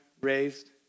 raised